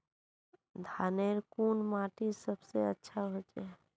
धानेर कुन माटित सबसे अच्छा होचे?